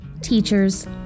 teachers